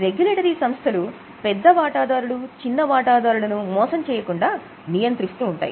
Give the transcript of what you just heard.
regulatory సంస్థలు పెద్ద వాటాదారులు చిన్న వాటాదారులను మోసం చేయకుండా నియంత్రిస్తూ ఉంటాయి